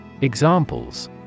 Examples